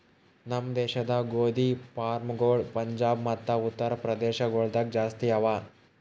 ನಮ್ ದೇಶದಾಗ್ ಗೋದಿ ಫಾರ್ಮ್ಗೊಳ್ ಪಂಜಾಬ್ ಮತ್ತ ಉತ್ತರ್ ಪ್ರದೇಶ ಗೊಳ್ದಾಗ್ ಜಾಸ್ತಿ ಅವಾ